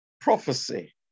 prophecy